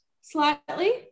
slightly